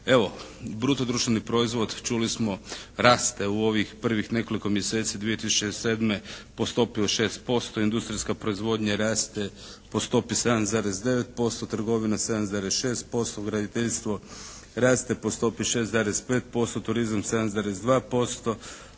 Evo, bruto društveni proizvod čuli smo raste u ovih prvih nekoliko mjeseci 2007. po stopi od 6%, industrijska proizvodnja raste po stopi 7,9%, trgovina 7,6%, graditeljstvo raste po stopi 6,5%, turizam 7,2%,